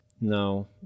No